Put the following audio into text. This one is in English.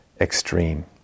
extreme